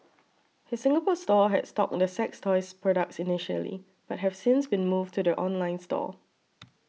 his Singapore store had stocked the sex toys products initially but have since been moved to the online store